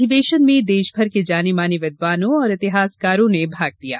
अधिवेशन में देश भर के जाने माने विद्वानों और इतिहासकारों ने भाग लिया